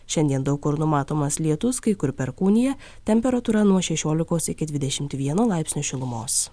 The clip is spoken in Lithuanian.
šiandien daug kur numatomas lietus kai kur perkūnija temperatūra nuo šešiolikos iki dvidešimt vieno laipsnio šilumos